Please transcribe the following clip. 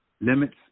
limits